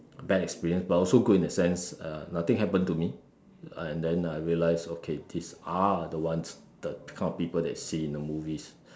bad experience but also good in a sense err nothing happen to me uh and then I realise okay these are the ones the kind of people that you see in the movies